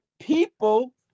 people